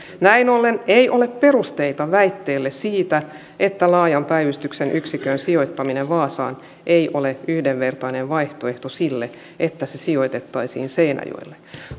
näin ollen ei ole perusteita väitteelle siitä että laajan päivystyksen yksikön sijoittaminen vaasaan ei ole yhdenvertainen vaihtoehto sille että se sijoitettaisiin seinäjoelle